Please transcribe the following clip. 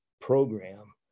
program